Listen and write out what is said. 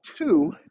two